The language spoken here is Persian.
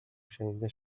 شنیده